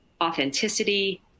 authenticity